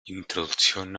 introducción